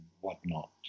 whatnot